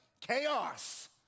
Chaos